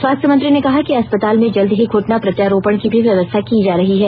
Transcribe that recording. स्वास्थ्य मंत्री ने कहा कि अस्पताल में जल्द ही घूटना प्रत्यारोपण की मी व्यवस्था की जा रही है